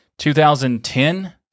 2010